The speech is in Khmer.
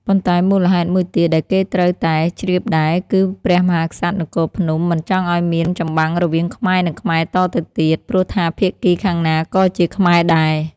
ប៉ុន្តែមូលហេតុមួយទៀតដែលគេត្រូវតែ ជ្រាបដែរ គឺព្រះមហាក្សត្រនគរភ្នំ មិនចង់ឱ្យមានចម្បាំងរវាងខ្មែរនឹងខ្មែរតទៅទៀត ព្រោះថាភាគីខាងណាក៏ជាខ្មែរដែរ។